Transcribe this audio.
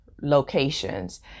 locations